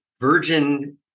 Virgin